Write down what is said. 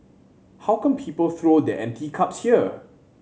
how come people throw their empty cups here